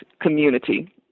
community